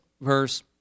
verse